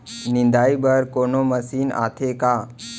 निंदाई बर कोनो मशीन आथे का?